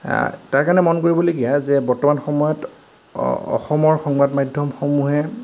আ তাৰ কাৰণে মন কৰিবলগীয়া যে বৰ্তমান সময়ত অ অসমৰ সংবাদ মাধ্যমসমূহে